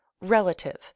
relative